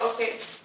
Okay